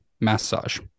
massage